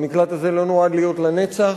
המקלט הזה לא נועד להיות לנצח.